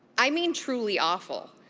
i mean, truly awful.